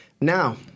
Now